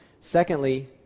Secondly